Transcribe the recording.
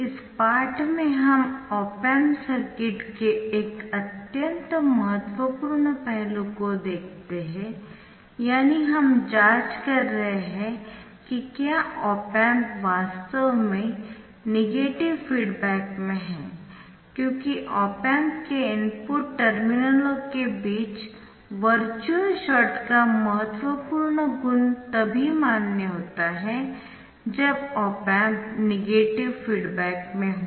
इस पाठ में हम ऑप एम्प सर्किट के एक अत्यंत महत्वपूर्ण पहलू को देखते है यानी हम जाँच कर रहे है कि क्या ऑप एम्प वास्तव में नेगेटिव फीडबैक में है क्योंकि ऑप एम्प के इनपुट टर्मिनलों के बीच वर्चुअल शॉर्ट का महत्वपूर्ण गुण तभी मान्य होता है जब ऑप एम्प नेगेटिव फीडबैक में हो